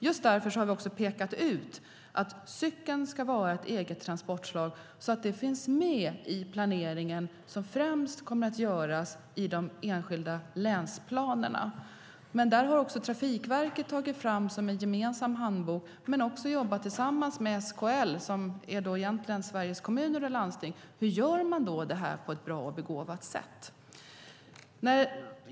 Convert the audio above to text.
Just därför har vi pekat ut att cykeln ska vara ett eget transportslag, så att det finns med i den planering som kommer att göras främst i de enskilda länsplanerna. Där har Trafikverket tagit fram en gemensam handbok men också jobbat tillsammans med SKL, Sveriges Kommuner och Landsting, om hur man gör detta på ett bra och begåvat sätt.